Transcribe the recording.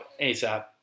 ASAP